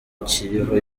kiriho